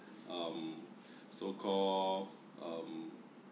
um so-called um